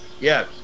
Yes